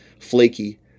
Flaky